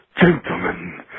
Gentlemen